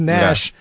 Nash